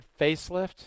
facelift